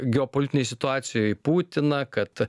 geopolitinėj situacijoj putina kad